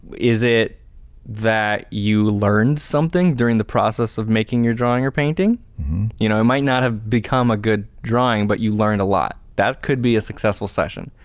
is it that you learned something during the process of making your drawing or painting? you know, it might not have become a good drawing but you learned a lot. that could be a successful session.